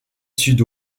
sud